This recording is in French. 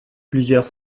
plusieurs